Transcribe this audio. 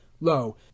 lo